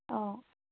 অঁ